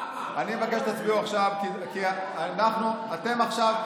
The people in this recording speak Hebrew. למה --- אנחנו נצביע, כי אתם עכשיו,